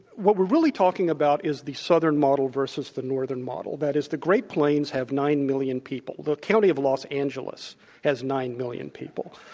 what we're really talking about is the southern model versus the northern model. that is, the great plains have nine million people. the county of los angeles has nine million people.